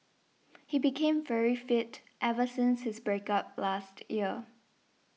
he became very fit ever since his break up last year